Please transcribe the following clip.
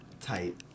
Tight